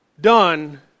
done